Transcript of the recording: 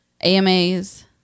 AMAs